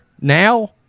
now